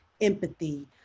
empathy